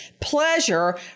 pleasure